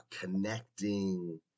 connecting